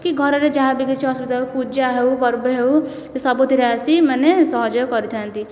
କି ଘରର ଯାହା ବି କିଛି ଅସୁବିଧା ହେଉ ପୂଜା ହେଉ ପର୍ବ ହେଉ ସେ ସବୁଥିରେ ଆସି ମାନେ ସହଯୋଗ କରିଥାନ୍ତି